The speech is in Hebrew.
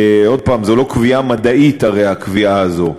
עוד פעם, זה לא קביעה מדעית, הרי, הקביעה הזו,